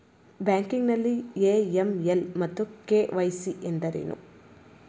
Banking ನಲ್ಲಿ AML ಮತ್ತು KYC ಎಂದರೇನು?